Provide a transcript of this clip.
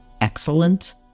excellent